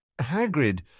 Hagrid